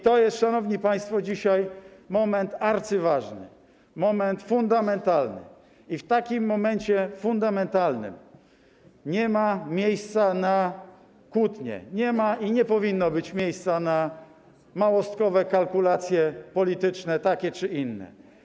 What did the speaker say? To jest, szanowni państwo, moment arcyważny, moment fundamentalny i w takim fundamentalnym momencie nie ma miejsca na kłótnie, nie ma i nie powinno być miejsca na małostkowe kalkulacje polityczne takie czy inne.